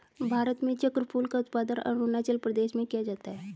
भारत में चक्रफूल का उत्पादन अरूणाचल प्रदेश में किया जाता है